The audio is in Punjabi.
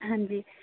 ਹਾਂਜੀ